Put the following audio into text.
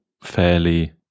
fairly